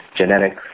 genetics